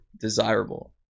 desirable